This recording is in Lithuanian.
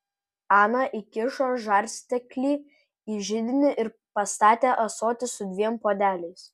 ana įkišo žarsteklį į židinį ir pastatė ąsotį su dviem puodeliais